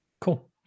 Cool